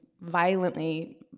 violently